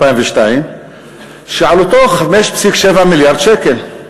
שעלותו 5.7 מיליארד שקל.